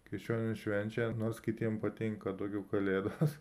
krikščionių švenčia nors kitiems patinka daugiau kalėdos